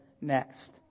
next